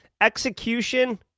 Execution